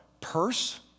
purse